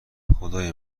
خدای